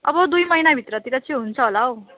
अब दुई महिना भित्रतिर चाहिँ हुन्छ होला हौ